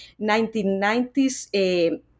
1990s